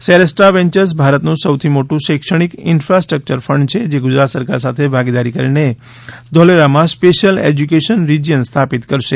સેરેસ્ટ્રા Ventures ભારતનું સૌથી મોટું શૈક્ષણિક ઇન્ફાસ્ટ્રક્યર ફંડ છે જે ગુજરાત સરકાર સાથે ભાગીદારી કરીને ધોલેરામાં સ્પેશ્યલ એશ્યુકેશન રિજીયન સ્થાપિત કરશે